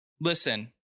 listen